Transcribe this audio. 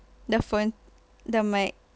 the phone the mic